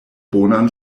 bonan